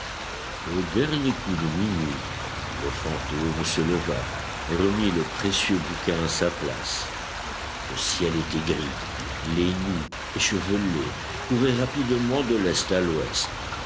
au dernier coup de minuit le fantôme se leva remit le précieux bouquin à sa place le ciel était gris les nues échevelées couraient rapidement de l'est